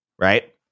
Right